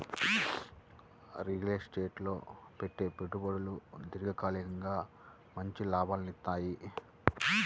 real estate లో పెట్టే పెట్టుబడులు దీర్ఘకాలికంగా మంచి లాభాలనిత్తయ్యి